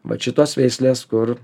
vat šitos veislės kur